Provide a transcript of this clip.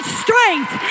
strength